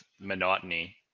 monotony